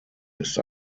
ist